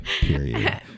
Period